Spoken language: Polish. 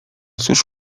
cóż